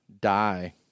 die